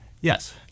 Yes